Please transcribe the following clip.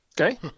Okay